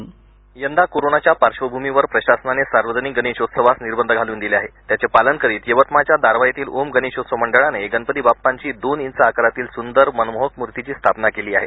script यंदा कोरोनाच्या पार्श्वभूमीवर प्रशासनाने सार्वजनिक गणेशोत्सवास निर्बंध घालून दिल्याने यवतमाळच्या दारव्हा येथील ओम गणेशोत्सव मंडळाने गणपती बाप्पांची दोन इंच आकारातील सुंदर मनमोहक मूर्तीची स्थापना केली आहे